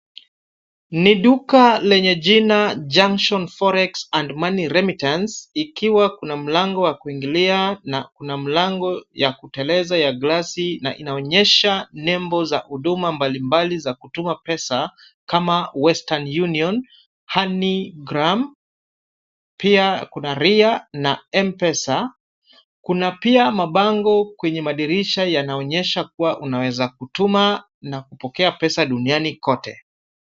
Ni duka lenye jina Junction Forex and Money Remittance ikiwa kuna mlango wa kuingilia na kuna mlango ya kuteleza ya glasi na inaonyesha nembo za huduma mbalimbali za kutuma pesa kama Western Union, Honeygram, pia kuna ria na Mpesa. Kuna pia mabango kwenye madirisha yanaonyesha kuwa unaweza kutuma na kupokea pesa duniani kote.